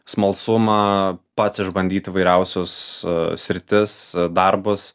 smalsumą pats išbandyt įvairiausius sritis darbus